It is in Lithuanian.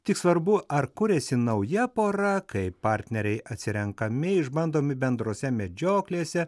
tik svarbu ar kuriasi nauja pora kai partneriai atsirenkami išbandomi bendrose medžioklėse